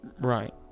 Right